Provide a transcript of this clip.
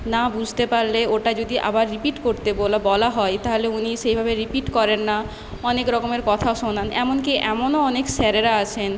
না বুঝতে পারলে ওটা যদি আবার রিপিট করতে বলা বলা হয় তাহলে উনি সেইভাবে রিপিট করেন না অনেক রকমের কথা শোনান এমনকি এমনও অনেক স্যারেরা আছেন